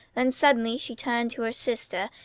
then suddenly she turned to her sister,